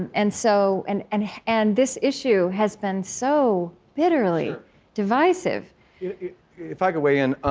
and so and and and this issue has been so bitterly divisive if i could weigh in,